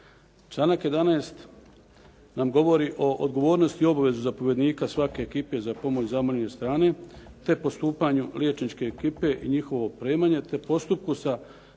Članak 11. nam govori o odgovornosti i obvezi zapovjednika svake ekipe za pomoć zamoljene strane, te postupanju liječničke ekipe i njihovo opremanje, te postupku sa